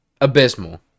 abysmal